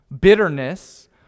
Bitterness